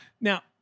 Now